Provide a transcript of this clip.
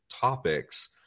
topics